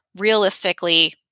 realistically